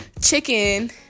chicken